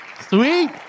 Sweet